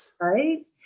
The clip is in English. right